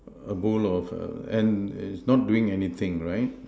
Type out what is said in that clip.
a bowl of err and it's not doing anything right